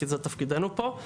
כי זה תפקידנו פה.